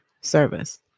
service